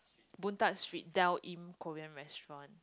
Boon-Tat-Street Dal-Im-Korean-Restaurant